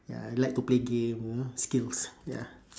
ya I like to play game you know skills ya